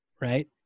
right